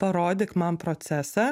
parodyk man procesą